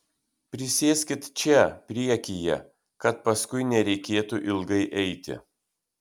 prisėskit čia priekyje kad paskui nereikėtų ilgai eiti